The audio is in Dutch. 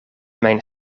mijn